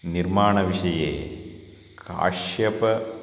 निर्माणविषये काश्यपः